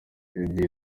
ibi